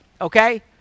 Okay